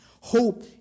hope